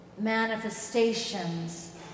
Manifestations